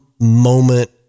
moment